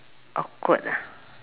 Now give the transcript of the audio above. awkward ah